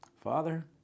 Father